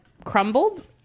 Crumbled